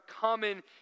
common